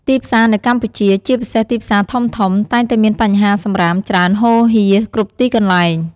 ទីផ្សារនៅកម្ពុជា ជាពិសេសទីផ្សារធំៗ តែងតែមានបញ្ហាសំរាមច្រើនហូរហៀរគ្រប់ទីកន្លែង។